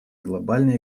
глобальной